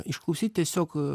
išklausyti tiesiog